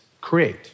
create